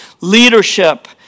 leadership